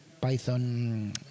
Python